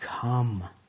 come